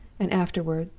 and afterward,